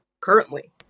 currently